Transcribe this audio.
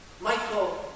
Michael